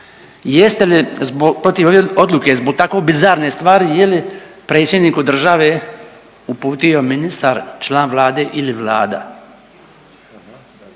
jeste li protiv ove odluke zbog tako bizarne stvari je li predsjedniku države uputio ministar, član Vlade ili Vlada?